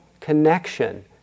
connection